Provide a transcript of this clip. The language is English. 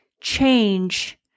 change